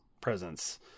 presence